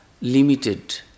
limited